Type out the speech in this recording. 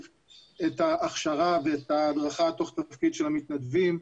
את ההכשרה ואת ההדרכה תוך כדי התפקיד של המתנדבים.